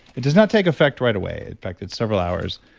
it does not take effect right away. in fact, it's several hours.